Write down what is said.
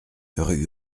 rue